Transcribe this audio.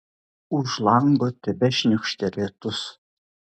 už lango tebešniokštė lietus